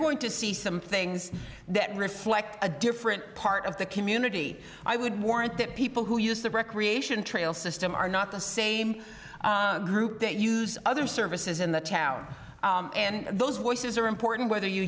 going to see some things that reflect a different part of the community i would warrant that people who use the recreation trail system are not the same group that use other services in the town and those voices are important whether you